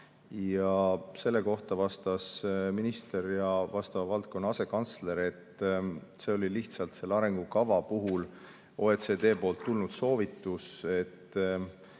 Selle peale vastasid minister ja vastava valdkonna asekantsler, et see oli lihtsalt selle arengukava kohta OECD-lt tulnud soovitus, et